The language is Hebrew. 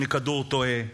מכדור תועה,